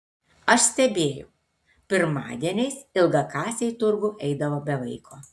aš stebėjau pirmadieniais ilgakasė į turgų eidavo be vaiko